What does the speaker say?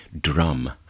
drum